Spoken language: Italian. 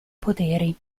poteri